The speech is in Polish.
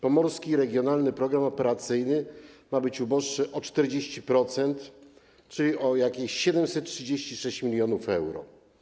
Pomorski Regionalny Program Operacyjny ma być uboższy o 40%, czyli o jakieś 736 mln euro.